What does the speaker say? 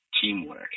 teamwork